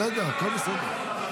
בסדר, הכול בסדר.